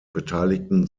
beteiligten